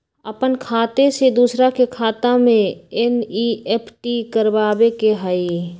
अपन खाते से दूसरा के खाता में एन.ई.एफ.टी करवावे के हई?